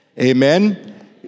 Amen